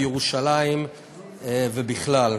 בירושלים ובכלל.